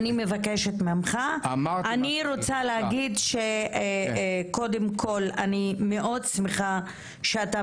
אני רוצה להגיד שקודם כל אני מאוד שמחה שאתה